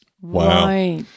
Wow